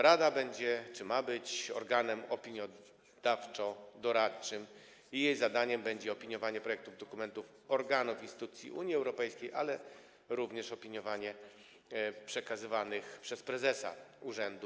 Rada będzie - czy ma być - organem opiniodawczo-doradczym i jej zadaniem będzie opiniowanie projektów dokumentów organów i instytucji Unii Europejskiej, ale również opiniowanie projektów aktów prawnych przekazywanych przez prezesa urzędu.